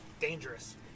Dangerous